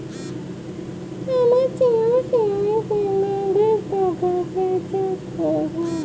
আমার জিও সিম এ কিভাবে টপ আপ রিচার্জ করবো?